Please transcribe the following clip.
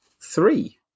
three